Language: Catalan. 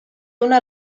una